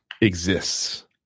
exists